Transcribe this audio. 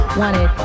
wanted